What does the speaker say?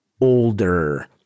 older